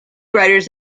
writers